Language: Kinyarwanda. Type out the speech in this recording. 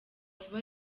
kuba